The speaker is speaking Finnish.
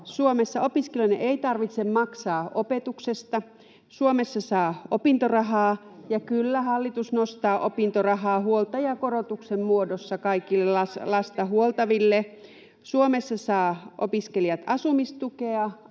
Suomessa opiskelijoiden ei tarvitse maksaa opetuksesta, Suomessa saa opintorahaa, ja, kyllä, hallitus nostaa opintorahaa huoltajakorotuksen muodossa [Krista Kiurun välihuuto] kaikille lasta huoltaville. Suomessa saavat opiskelijat asumistukea,